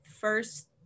First